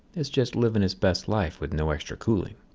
it's just living it's best life with no extra cooling.